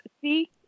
see